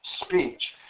speech